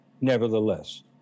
nevertheless